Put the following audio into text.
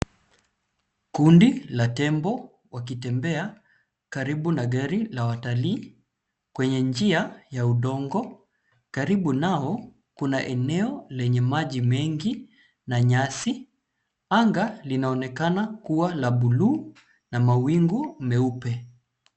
Kundi la tembo wakitembea karibu na gari la watalii kwenye njia ya udongo. Karibu nao kuna eneo lenye maji mengi na nyasi. Anga linaonekana kuwa la buluu na mawingu meupe.